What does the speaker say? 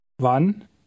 Wann